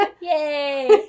Yay